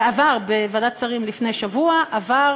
ועבר, בוועדת שרים לפני שבוע עבר